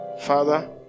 father